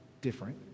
different